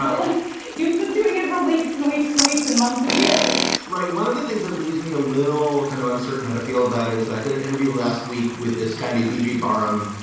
like you were just doing it for weeks and weeks and weeks and months and years right. one of the things that leaves me a little kind of uncertain how to feel about it is i did an interview last week with this guy, bbg burrum,